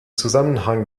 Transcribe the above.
zusammenhang